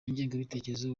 ngengabitekerezo